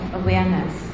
awareness